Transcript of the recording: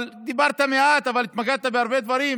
אבל דיברת מעט, התמקדת בהרבה דברים,